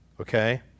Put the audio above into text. Okay